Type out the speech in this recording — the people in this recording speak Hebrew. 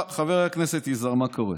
חבר הכנסת יזהר, אני רוצה להגיד לך מה קורה: